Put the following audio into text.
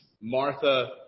Martha